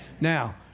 Now